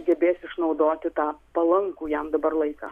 gebės išnaudoti tą palankų jam dabar laiką